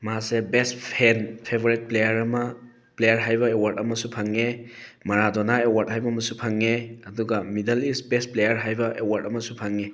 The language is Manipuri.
ꯃꯥꯁꯦ ꯕꯦꯁ ꯐꯦꯟ ꯐꯦꯕꯣꯔꯥꯏꯠ ꯄ꯭ꯂꯦꯌꯥꯔ ꯑꯃ ꯄ꯭ꯂꯦꯌꯥꯔ ꯍꯥꯏꯕ ꯑꯦꯋꯥꯔꯗ ꯑꯃꯁꯨ ꯐꯪꯉꯦ ꯃꯔꯥꯗꯣꯅꯥ ꯑꯦꯋꯥꯔꯗ ꯍꯥꯏꯕ ꯑꯃꯁꯨ ꯐꯪꯉꯦ ꯑꯗꯨꯒ ꯃꯤꯗꯜ ꯏꯁ ꯕꯦꯁ ꯄ꯭ꯂꯦꯌꯥꯔ ꯍꯥꯏꯕ ꯑꯦꯋꯥꯔꯗ ꯑꯃꯁꯨ ꯐꯪꯉꯤ